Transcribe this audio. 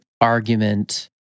argument